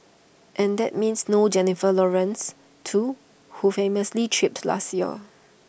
and that means no Jennifer Lawrence too who famously tripped last year